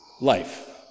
life